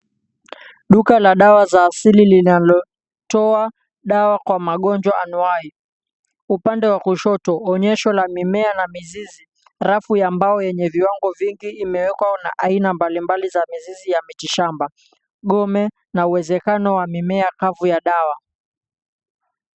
Duka la dawa za asili linalotoa dawa kwa magonjwa mbalimbali. Upande wa kushoto kuna onyesho la mimea na mizizi. Rafu ya mbao yenye viwango vingi imewekwa na aina mbalimbali za mizizi ya miti shamba, gome, na uwezekano wa mimea kavu ya dawa.